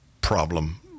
problem